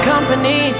Company